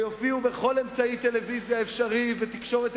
ויופיעו בכל אמצעי טלוויזיה אפשרי וכלי תקשורת